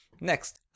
next